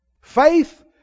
Faith